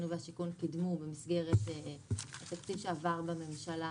והשיכון קידמו במסגרת התקציב שעבר בממשלה